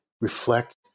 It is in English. reflect